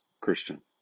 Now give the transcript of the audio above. Christian